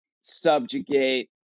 subjugate